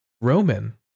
Roman